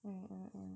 mm mm mm